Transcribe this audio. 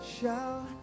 shout